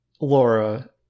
Laura